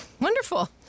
Wonderful